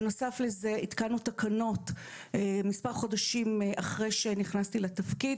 בנוסף לזה התקנו תקנות מספר חודשים אחרי שנכנסתי לתפקיד,